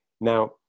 Now